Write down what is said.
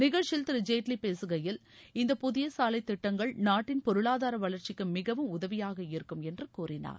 நிகழ்ச்சியில் திரு ஜேட்லி பேசுகையில் இந்த புதிய சாலை திட்டங்கள் நாட்டின் பொருளாதார வளர்ச்சிக்கு மிகவும் உதவியாக இருக்கும் என்றார்